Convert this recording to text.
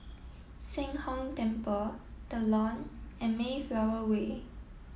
Sheng Hong Temple The Lawn and Mayflower Way